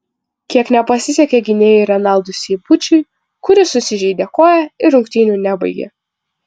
kiek nepasisekė gynėjui renaldui seibučiui kuris susižeidė koją ir rungtynių nebaigė